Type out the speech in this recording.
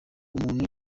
umuntu